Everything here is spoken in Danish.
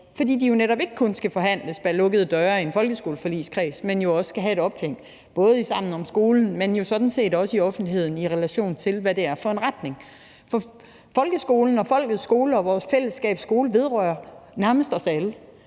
fordi de jo netop ikke kun skal forhandles bag lukkede døre i en folkeskoleforligskreds, men også skal have et ophæng, både med »Sammen om skolen«, men jo sådan set også i offentligheden, i relation til hvad det er for en retning. For folkeskolen og folkets skole og vores fællesskabs skole vedrører nærmest os alle.